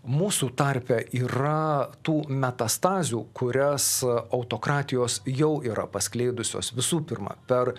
mūsų tarpe yra tų metastazių kurias autokratijos jau yra paskleidusios visų pirma per